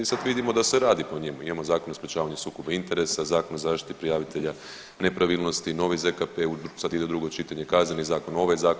I sad vidimo da se radi po njemu, imamo Zakon o sprječavanju sukoba interesa, Zakon o zaštiti prijavitelja nepravilnosti, novi ZKP sad ide u drugo čitanje, Kazneni zakon, ovaj zakon.